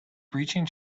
breaching